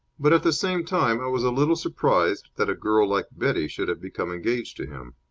but, at the same time, i was a little surprised that a girl like betty should have become engaged to him.